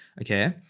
okay